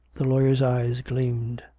the lawyer's eyes gleamed.